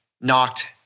knocked